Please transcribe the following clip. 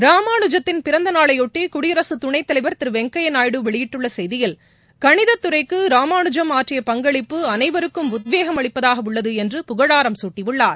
ராமானுஜத்தின் பிறந்த நாளையொட்டி குடியரசு துணைத்தலைவர் திரு வெங்கையா நாயுடு வெளியிட்டுள்ள செய்தியில் கணித துறைக்கு ராமானுஜம் ஆற்றிய பங்களிப்பு அனைவருக்கும் உத்தேகம் அளிப்பதாக உள்ளது என்று புகழாரம் சூட்டியுள்ளார்